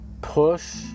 push